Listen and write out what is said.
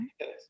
yes